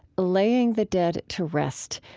laying the dead to rest.